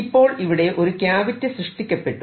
ഇപ്പോൾ ഇവിടെ ഒരു ക്യാവിറ്റി സൃഷ്ടിക്കപ്പെട്ടു